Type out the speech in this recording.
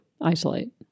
Isolate